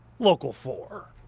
local four.